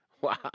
Wow